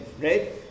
right